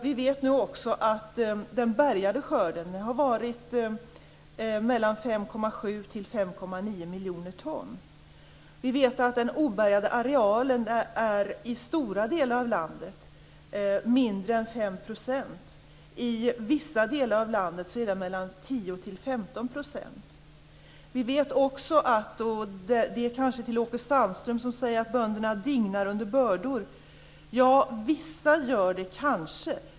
Vi vet nu också att den bärgade skörden har varit 5,7-5,9 miljoner ton. Vi vet att den obärgade arealen i stora delar av landet är mindre än 5 %. I vissa delar av landet är den Jag vill säga till Åke Sandström, som säger att bönderna dignar under bördor: Ja, vissa gör det kanske.